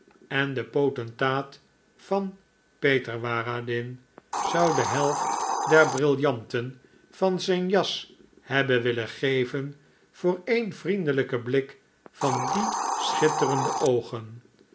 en de potentaat van peterwaradin zou de helft der briljanten van zijn jas hebben willen geven voor een vriendelijken blik van die schitterende oogen